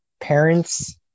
parents